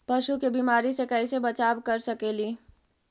पशु के बीमारी से कैसे बचाब कर सेकेली?